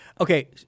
okay